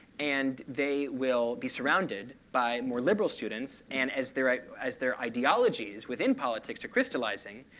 and they will be surrounded by more liberal students. and as their as their ideologies within politics are crystallizing,